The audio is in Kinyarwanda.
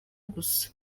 gusa